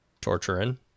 torturing